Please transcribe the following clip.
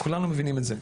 כולנו מבינים את זה,